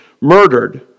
murdered